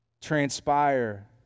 transpire